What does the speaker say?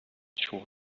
sure